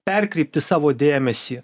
perkreipti savo dėmesį